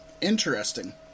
interesting